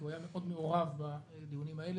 כי הוא היה מעורב מאוד בדיונים האלה.